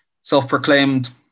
self-proclaimed